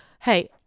hey